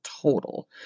total